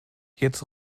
jetzt